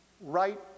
right